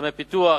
חסמי פיתוח,